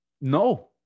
No